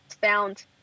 found